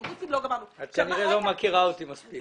את כנראה לא מכירה אותי מספיק.